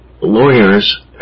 lawyers